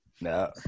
No